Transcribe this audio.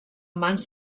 mans